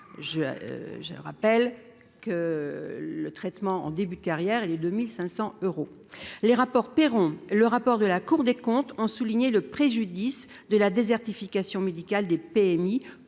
je rappelle que le traitement en début de carrière et les 2500 euros les rapports paieront le rapport de la Cour des comptes ont souligné le préjudice de la désertification médicale des PMI